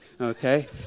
Okay